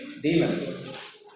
demons